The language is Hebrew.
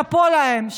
שאפו להם,